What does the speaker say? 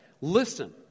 listen